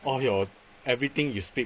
all your everything you speak